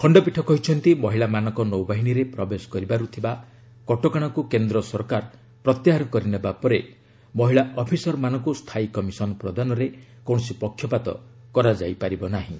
ଖଶ୍ତପୀଠ କହିଛନ୍ତି ମହିଳାମାନଙ୍କ ନୌବାହିନୀରେ ପ୍ରବେଶ କରିବାର୍ ଥିବା କଟକଣାକ୍ର କେନ୍ଦ୍ର ସରକାର ପ୍ରତ୍ୟାହାର କରିନେବା ପରେ ମହିଳା ଅଫିସରମାନଙ୍କ ସ୍ଥାୟୀ କମିଶନ ପ୍ରଦାନରେ କୌଣସି ପକ୍ଷପାତ କରାଯାଇପାରିବ ନାହିଁ